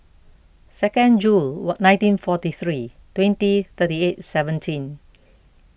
second June nineteen forty three twenty thirty eight seventeen